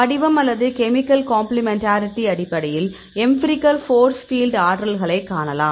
வடிவம் அல்லது chemical complementarity அடிப்படையில் எம்பிரிகல் போர்ஸ் பீல்டு ஆற்றல்களைக் காணலாம்